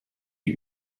die